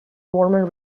warmer